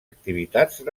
activitats